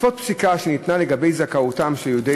בעקבות פסיקה שניתנה לגבי זכאותם של יהודי